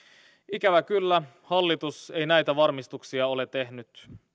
ikävä kyllä hallitus ei näitä varmistuksia ole tehnyt